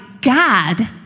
God